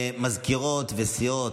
מזכירות וסיעות,